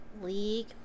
League